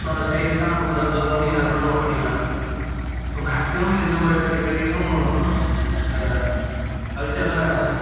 so அந்த ஸ்டைல்ஸ்ஸெலாம் நம்ம கொஞ்சம் அப்சர்வ் பண்ணி அதுக்கூட நம்ம பண்ணிக்கலாம் ஸோ மேக்சிமம் எந்த ஒரு திரைக்கதையும் இந்த கல்ச்சரை